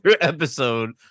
episode